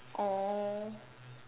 oh